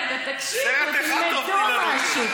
רגע, רגע, תקשיבו, תלמדו משהו.